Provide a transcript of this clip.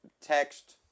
text